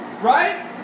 right